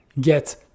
get